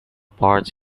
parts